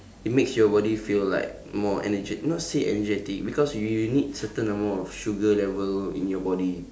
it makes your body feel like more energet~ not say energetic because you you need certain of amount of sugar level in your body